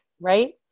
right